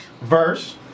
Verse